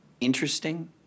interesting